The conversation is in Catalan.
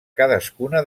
cadascuna